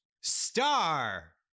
Star